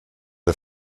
der